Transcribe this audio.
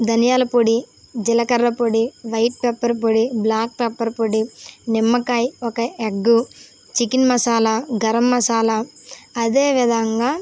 ధనియాల పొడి జీలకర్ర పొడి వైట్ పెప్పర్ పొడి బ్లాక్ పెప్పర్ పొడి నిమ్మకాయ ఒక ఎగ్ చికెన్ మసాలా గరం మసాలా అదే విధంగా